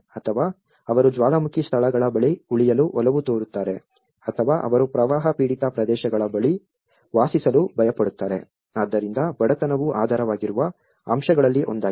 ಅಥವಾ ಅವರು ಜ್ವಾಲಾಮುಖಿ ಸ್ಥಳಗಳ ಬಳಿ ಉಳಿಯಲು ಒಲವು ತೋರುತ್ತಾರೆ ಅಥವಾ ಅವರು ಪ್ರವಾಹ ಪೀಡಿತ ಪ್ರದೇಶಗಳ ಬಳಿ ವಾಸಿಸಲು ಭಯಪಡುತ್ತಾರೆ ಆದ್ದರಿಂದ ಬಡತನವು ಆಧಾರವಾಗಿರುವ ಅಂಶಗಳಲ್ಲಿ ಒಂದಾಗಿದೆ